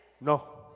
No